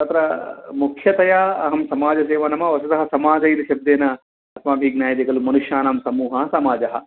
तत्र मुख्यतया अहं समाजसेवा नाम वस्तुतः समाज इति शब्देन अस्माबिः ज्ञायते कलु मनुष्याणां समूहः समाजः